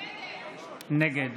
נגד